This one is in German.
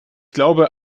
glaube